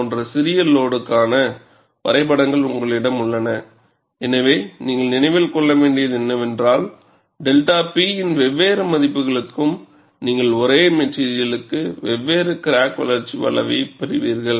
போன்ற சிறிய லோடுகளுக்கான வரைபடங்கள் உங்களிடம் உள்ளன எனவே நீங்கள் நினைவில் கொள்ள வேண்டியது என்னவென்றால் 𝛅 P இன் வெவ்வேறு மதிப்புகளுக்கு நீங்கள் ஒரு ஒரே மெட்டிரியலுக்கு வெவ்வேறு கிராக் வளர்ச்சி வளைவைப் பெறுவீர்கள்